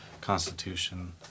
Constitution